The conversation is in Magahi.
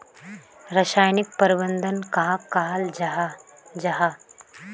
रासायनिक प्रबंधन कहाक कहाल जाहा जाहा?